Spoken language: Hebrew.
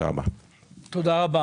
חברת הכנסת אימאן